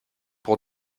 pour